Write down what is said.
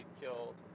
killed